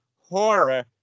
horror